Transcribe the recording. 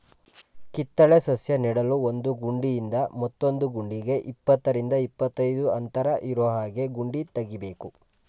ಕಿತ್ತಳೆ ಸಸ್ಯ ನೆಡಲು ಒಂದು ಗುಂಡಿಯಿಂದ ಮತ್ತೊಂದು ಗುಂಡಿಗೆ ಇಪ್ಪತ್ತರಿಂದ ಇಪ್ಪತ್ತೈದು ಅಂತರ ಇರೋಹಾಗೆ ಗುಂಡಿ ತೆಗಿಬೇಕು